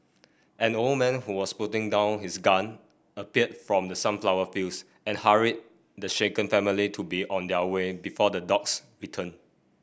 an old man who was putting down his gun appeared from the sunflower fields and hurried the shaken family to be on their way before the dogs return